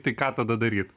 tai ką tada daryt